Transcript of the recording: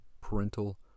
parental